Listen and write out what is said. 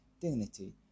dignity